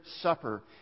supper